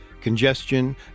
congestion